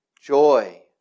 joy